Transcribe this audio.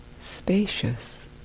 spacious